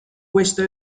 questo